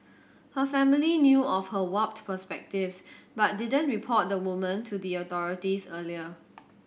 her family knew of her warped perspectives but didn't report the woman to the authorities earlier